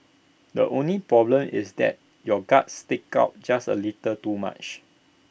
the only problem is that your gut sticks out just A little too much